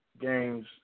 games